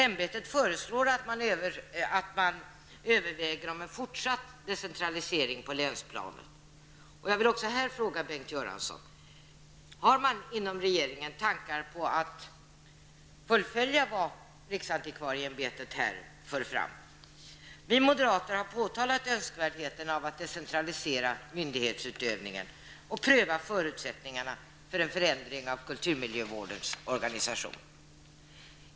Ämbetet föreslår också att man överväger om en fortsatt decentralisering till länsplanet kan ske. Låt mig fråga Bengt Göransson: Har man inom regeringen tankar på att fullfölja vad Riksantikvarieämbetet här för fram? Vi moderater har påtalat önskvärdheten av att decentralisera myndighetsutövningen och pröva förutsättningarna för en förändring av kulturmiljövårdens organisation.